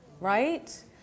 Right